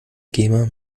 gamer